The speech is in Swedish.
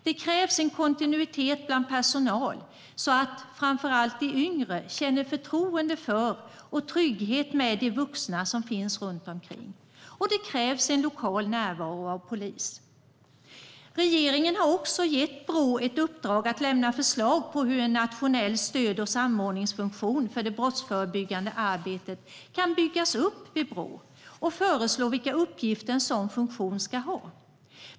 Det krävs en kontinuitet bland personal, så att framför allt de yngre känner förtroende för och trygghet med de vuxna som finns runt omkring dem. Och det krävs en lokal närvaro av polis. Regeringen har gett Brå i uppdrag att lämna förslag om hur en nationell stöd och samordningsfunktion för det brottsförebyggande arbetet kan byggas upp vid Brå och att föreslå vilka uppgifter en sådan funktion ska ha.